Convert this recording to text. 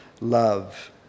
love